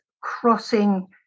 crossing